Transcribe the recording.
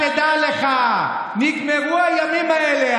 תדע לך, נגמרו הימים האלה.